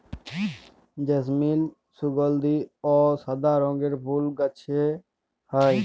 জেসমিল সুগলধি অ সাদা রঙের ফুল গাহাছে হয়